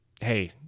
hey